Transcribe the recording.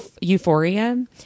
Euphoria